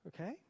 Okay